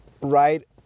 right